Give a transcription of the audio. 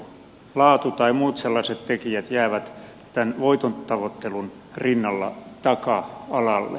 laatu tai muut sellaiset tekijät jäävät tämän voiton tavoittelun rinnalla taka alalle